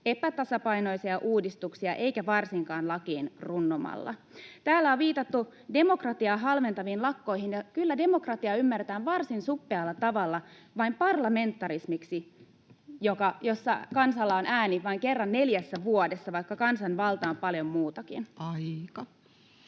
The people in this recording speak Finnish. epätasapainoisia uudistuksia, eikä varsinkaan lakiin runnomalla. Täällä on viitattu demokratiaa halventaviin lakkoihin, ja kyllä demokratia ymmärretään varsin suppealla tavalla vain parlamentarismiksi, jossa kansalla on ääni vain kerran neljässä vuodessa, vaikka kansanvalta on paljon muutakin. Aika.